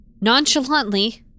Nonchalantly